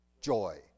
joy